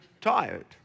tired